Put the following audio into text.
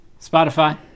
Spotify